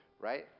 right